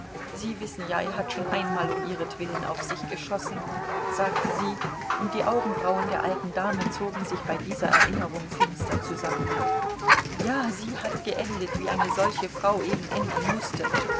sie wissen ja er hat schon einmal um ihretwillen auf sich geschossen sagte sie und die augenbrauen der alten dame zogen sich bei dieser erinnerung finster zusammen ja sie hat geendet wie eine solche frau eben enden mußte